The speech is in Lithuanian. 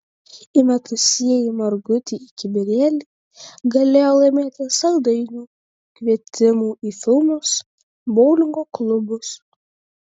įmetusieji margutį į kibirėlį galėjo laimėti saldainių kvietimų į filmus boulingo klubus